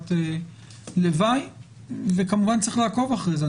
תופעת לוואי וכמובן צריך לעקוב אחרי זה,